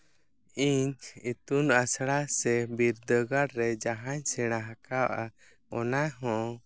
ᱤᱧ ᱤᱛᱩᱱ ᱟᱥᱲᱟ ᱥᱮ ᱵᱤᱨᱫᱟᱹᱜᱟᱟᱲ ᱨᱮ ᱡᱟᱦᱟᱸᱧ ᱥᱮᱬᱟ ᱟᱠᱟᱣᱟᱫᱼᱟ ᱚᱱᱟ ᱦᱚᱸ